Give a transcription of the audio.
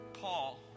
Paul